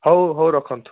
ହଉ ହଉ ରଖନ୍ତୁ